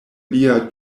lia